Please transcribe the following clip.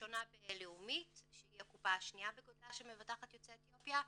לראשונה בלאומית שהיא הקופה השנייה בגודלה שמבטחת יוצאי אתיופיה,